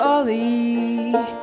Ollie